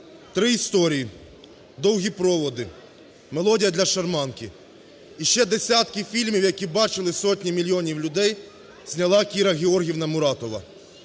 "Три історії", "Довгі проводи", "Мелодія для шарманки" – і ще десятки фільмів, які бачили сотні мільйонів людей, зняла Кіра Георгіївна Муратова.